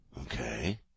Okay